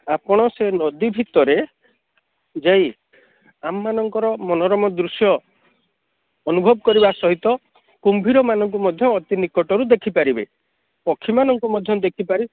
ଆପଣ ସେ ନଦୀ ଭିତରେ ଯାଇ ଆମମାନଙ୍କର ମନୋରମ ଦୃଶ୍ୟ ଅନୁଭବ କରିବା ସହିତ କୁମ୍ଭୀରମାନଙ୍କୁ ମଧ୍ୟ ଅତି ନିକଟରୁ ଦେଖିପାରିବେ ପକ୍ଷୀମାନଙ୍କୁ ମଧ୍ୟ ଦେଖିପାରି